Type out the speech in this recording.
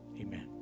amen